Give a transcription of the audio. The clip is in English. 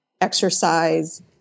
exercise